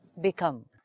become